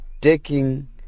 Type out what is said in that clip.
taking